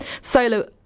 solo